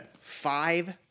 Five